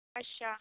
ਅੱਛਾ